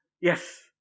Yes